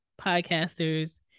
podcasters